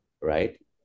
right